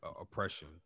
oppression